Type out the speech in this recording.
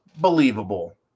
believable